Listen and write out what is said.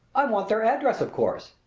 i want their address, of course,